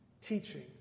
teaching